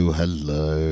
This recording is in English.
hello